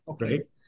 Right